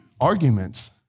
arguments